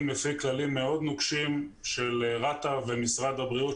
לפי כללים מאוד נוקשים של רת"א ומשרד הבריאות,